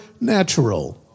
natural